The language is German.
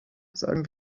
sagen